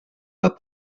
pas